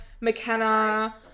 McKenna